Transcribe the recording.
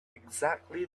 exactly